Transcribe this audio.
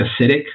acidic